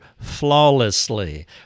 flawlessly